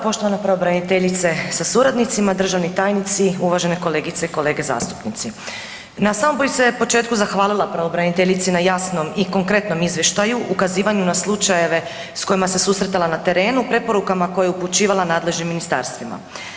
Poštovana pravobraniteljice sa suradnicima, državni tajnici, uvažene kolegice i kolege zastupnici, na samom bi se početku zahvalila pravobraniteljici na jasnom i konkretnom izvještaju, ukazivanju na slučajeve s kojima se susretala na terenu, preporukama koje je upućivala nadležnim ministarstvima.